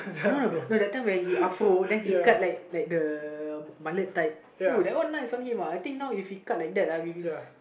no no no that time when he then he cut like like the type uh that one nice on him I think now if he cut like that with his